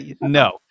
No